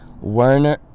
Werner